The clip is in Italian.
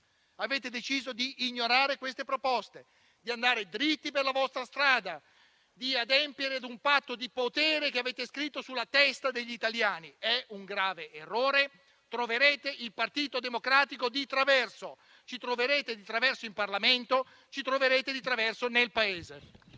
avete deciso di ignorare queste proposte, di andare dritti per la vostra strada e di adempiere a un patto di potere che avete scritto sulla testa degli italiani: è un grave errore. Troverete il Partito Democratico di traverso. Ci troverete di traverso in Parlamento, ci troverete di traverso nel Paese.